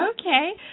Okay